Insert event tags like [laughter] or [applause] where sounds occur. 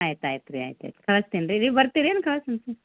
ಆಯ್ತು ಆಯ್ತು ರೀ ಆಯ್ತು ಆಯ್ತು ಕಳ್ಸ್ತೀನಿ ರೀ ನೀವು ಬರ್ತೀರೇನು ಕಳಿಸ್ಲಾ [unintelligible]